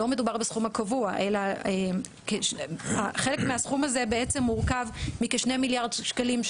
לא מדובר בסכום הקבוע אלא חלק מהסכום הזה מורכב מכ-2 מיליארד שקלים,